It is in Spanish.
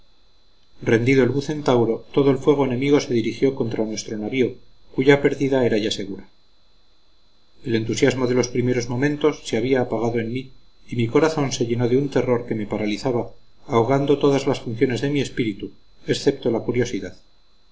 rendido el bucentauro todo el fuego enemigo se dirigió contra nuestro navío cuya pérdida era ya segura el entusiasmo de los primeros momentos se había apagado en mí y mi corazón se llenó de un terror que me paralizaba ahogando todas las funciones de mi espíritu excepto la curiosidad